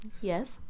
Yes